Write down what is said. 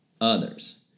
others